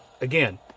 Again